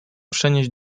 przenieść